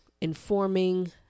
informing